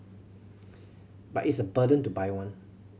but it's a burden to buy one